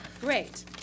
Great